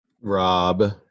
Rob